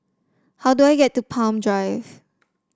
how do I get to Palm Drive